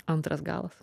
antras galas